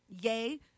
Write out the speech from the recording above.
Yay